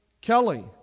Kelly